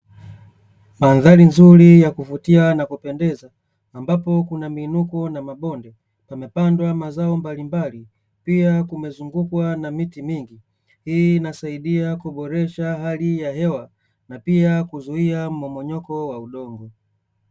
Mandhari nzuri ya kuvutia na kupendeza, ambapo kuna miinuko na mabonde, pamepandwa mazao mbalimbali. Pia kumezungukwa na miti mingi, hii inasaidia kuboresha hali ya hewa, na pia kuzuia mmomonyoko wa udongo.